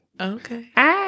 Okay